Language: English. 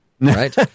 Right